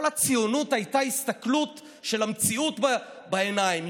כל הציונות הייתה הסתכלות על המציאות בעיניים.